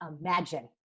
imagine